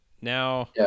now